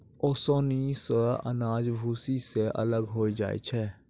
ओसौनी सें अनाज भूसी सें अलग होय जाय छै